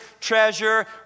treasure